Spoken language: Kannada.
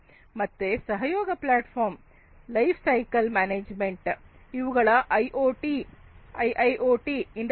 ಮತ್ತೆ collaborative platform life cycle management ಅವುಗಳ ಐಒಟಿ ಐಐಒಟಿ ಇಂಡಸ್ಟ್ರಿ4